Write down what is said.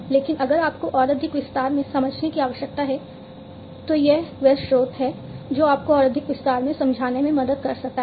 लेकिन अगर आपको और अधिक विस्तार से समझने की आवश्यकता है तो यह वह स्रोत है जो आपको और अधिक विस्तार से समझने में मदद कर सकता है